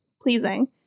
pleasing